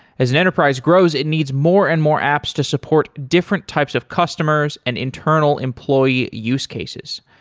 as an enterprise grows, it needs more and more apps to support different types of customers and internal employee use cases.